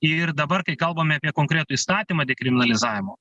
ir dabar kai kalbame apie konkretų įstatymą dekriminalizavimo